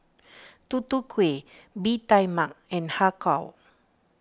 Tutu Kueh Bee Tai Mak and Har Kow